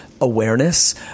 Awareness